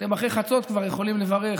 אחרי חצות אתם יכולים לברך